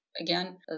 Again